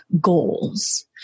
goals